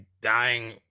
dying